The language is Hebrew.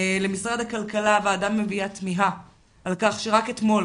למשרד הכלכלה הוועדה מביעה תמיהה על כך שרק אתמול,